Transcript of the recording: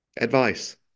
advice